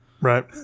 Right